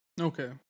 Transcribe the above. Okay